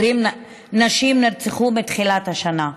20 נשים נרצחו מתחילת השנה.